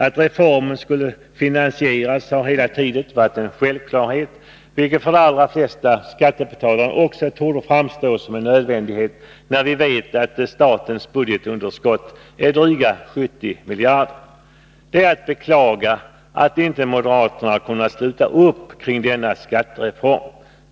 Att reformen skulle finansieras har hela tiden varit en självklarhet, och det torde för de allra flesta skattebetalare också framstå som en nödvändighet, när vi vet att statens budgetunderskott är dryga 70 miljarder. Det är att beklaga att inte moderaterna har kunnat sluta upp kring denna skattereform.